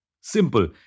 Simple